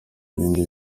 ibindi